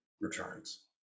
returns